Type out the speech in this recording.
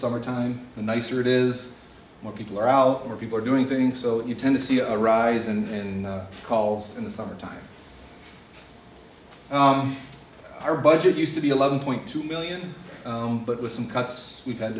summertime the nicer it is more people are out or people are doing things so you tend to see a rise in calls in the summer time our budget used to be eleven point two million but with some cuts we've had